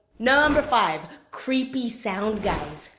number five creepy sound guys.